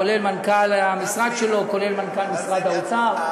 כולל מנכ"ל המשרד שלו וכולל מנכ"ל משרד האוצר.